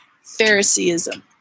Phariseeism